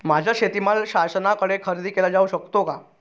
माझा शेतीमाल शासनाकडे खरेदी केला जाऊ शकतो का?